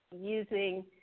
using